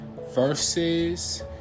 verses